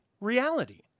reality